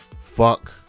Fuck